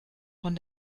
von